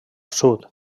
sud